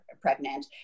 pregnant